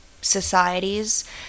societies